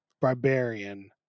Barbarian